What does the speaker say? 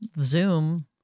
zoom